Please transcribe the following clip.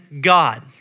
God